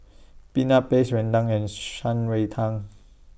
Peanut Paste Rendang and Shan Rui Tang